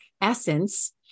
essence